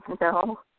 No